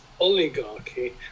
oligarchy